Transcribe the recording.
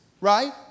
right